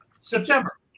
September